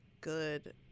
good